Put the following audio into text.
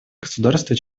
государства